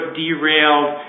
derailed